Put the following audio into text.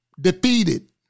defeated